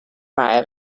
wei